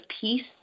peace